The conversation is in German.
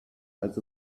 als